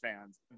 fans